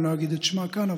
אני לא אגיד את שמה כאן,